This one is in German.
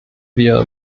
wir